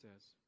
says